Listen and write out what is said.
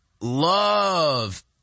love